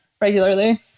regularly